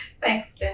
Thanks